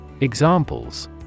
Examples